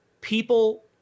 people